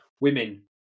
women